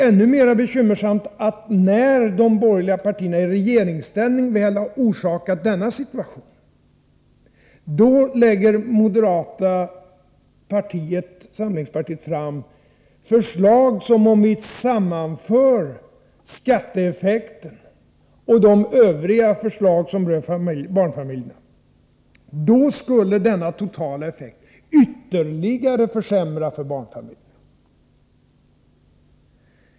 Ännu mer bekymmersamt är att när de borgerliga partierna i regeringsställning väl har orsakat denna situation, då lägger moderata samlingspartiet fram förslag vilkas skatteeffekt tillsammans med effekterna av de övriga förslag som berör barnfamiljerna ytterligare skulle försämra för denna grupp.